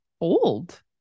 old